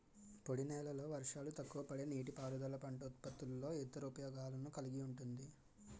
పొడినేలల్లో వర్షాలు తక్కువపడే నీటిపారుదల పంట ఉత్పత్తుల్లో ఇతర ఉపయోగాలను కలిగి ఉంటుంది